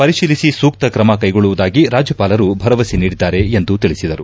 ಪರಿಶೀಲಿಸಿ ಸೂಕ್ತ ಕ್ರಮ ಕೈಗೊಳ್ಳುವುದಾಗಿ ರಾಜ್ಯಪಾಲರು ಭರವಸೆ ನೀಡಿದ್ದಾರೆ ಎಂದು ತಿಳಿಸಿದರು